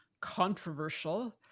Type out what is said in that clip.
controversial